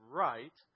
right